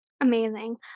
Amazing